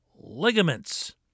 Ligaments